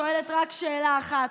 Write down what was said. שואלת רק שאלה אחת,